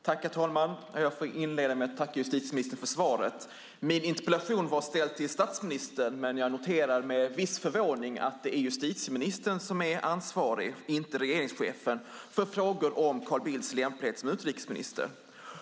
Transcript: Herr talman! Jag får inleda med att tacka justitieministern för svaret. Min interpellation var ställd till statsministern, men jag noterar med viss förvåning att det uppenbarligen är justitieministern och inte regeringschefen som är ansvarig för frågor om Carl Bildts lämplighet som utrikesminister.